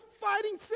fighting